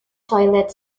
toilet